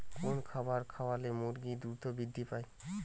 কোন খাবার খাওয়ালে মুরগি দ্রুত বৃদ্ধি পায়?